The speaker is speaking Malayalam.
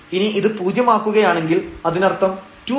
ഇനി ഇത് പൂജ്യം ആക്കുകയാണെങ്കിൽ അതിനർത്ഥം 2yx20